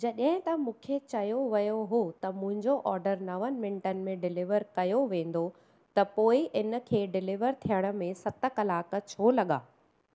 जॾहिं त मूंखे चयो वियो हो त मुंहिंजो ऑर्डर नव मिंटनि में डिलीवर कयो वेंदो त पोइ इनखे डिलीवर थियण में सत कलाक छो लॻा